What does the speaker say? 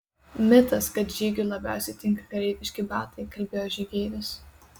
mitas kad žygiui labiausiai tinka kareiviški batai kalbėjo žygeivis